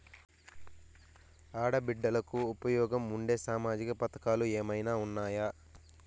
ఆడ బిడ్డలకు ఉపయోగం ఉండే సామాజిక పథకాలు ఏమైనా ఉన్నాయా?